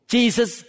Jesus